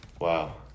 Wow